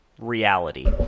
reality